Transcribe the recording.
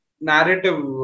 narrative